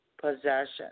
Possession